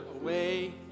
away